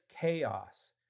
chaos